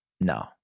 No